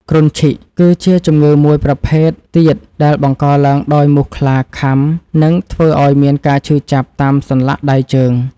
គ្រុនឈីក គឺជាជំងឺមួយប្រភេទទៀតដែលបង្កឡើងដោយមូសខ្លាខាំ និងធ្វើឱ្យមានការឈឺចាប់តាមសន្លាក់ដៃជើង។